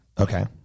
Okay